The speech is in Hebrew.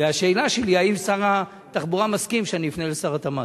והשאלה שלי: האם שר התחבורה מסכים שאני אפנה לשר התמ"ת?